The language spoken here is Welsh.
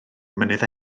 mynydd